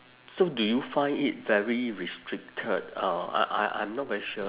so do you find it very restricted uh I I I'm not very sure